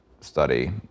study